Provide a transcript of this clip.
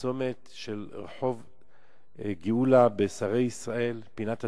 צומת בגאולה, שרי-ישראל, פינת הטורים.